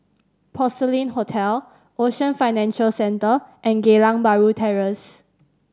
Porcelain Hotel Ocean Financial Centre and Geylang Bahru Terrace